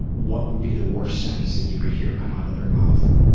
what would be the worst sentence that you could hear come out of their mouth,